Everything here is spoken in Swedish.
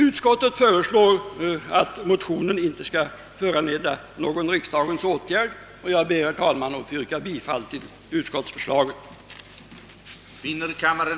Utskottet föreslår att motionerna inte skall föranleda någon riksdagens åtgärd, och jag ber att få yrka bifall till utskottets hemställan.